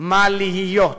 מה להיות?